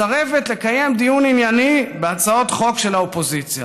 מסרבת לקיים דיון ענייני בהצעות חוק של האופוזיציה.